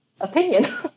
opinion